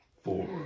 Four